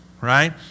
right